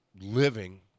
living